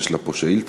יש לה פה שאילתה.